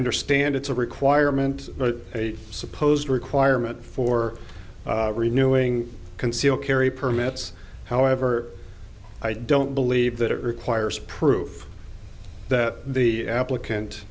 understand it's a requirement but a supposed requirement for renewing concealed carry permits however i don't believe that it requires proof that the applicant